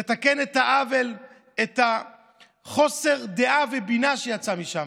תתקן את העוול ואת חוסר הדעה והבינה שיצא משם.